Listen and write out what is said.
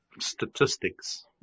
statistics